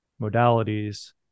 modalities